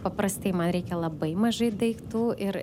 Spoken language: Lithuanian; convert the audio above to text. paprastai man reikia labai mažai daiktų ir